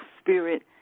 spirit